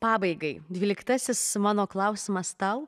pabaigai dvyliktasis mano klausimas tau